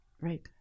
Right